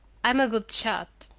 i'm a good shot.